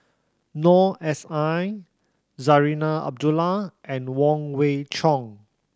Noor S I Zarinah Abdullah and Wong Wei Cheong